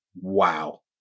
wow